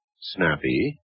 Snappy